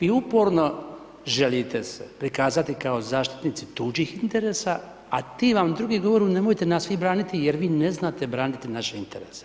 I uporno želite se prikazati kao zaštitnici tuđih interesa, a ti vam drugi govore nemojte nas vi braniti jer vi ne znate braniti naše interese.